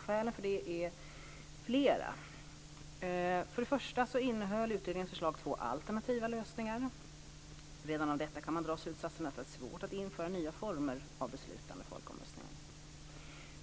Skälen för detta är flera. För det första innehöll utredningens förslag två alternativa lösningar. Redan av detta kan man dra slutsatsen att det är svårt att införa nya former av beslutande folkomröstningar.